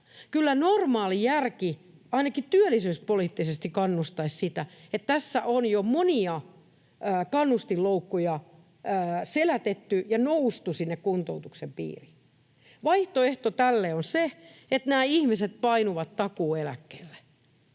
Kyllä normaali järki ainakin työllisyyspoliittisesti kannustaisi siihen, että tässä on jo monia kannustinloukkuja selätetty ja noustu sinne kuntoutuksen piiriin. Vaihtoehto tälle on se, että nämä ihmiset painuvat takuueläkkeelle,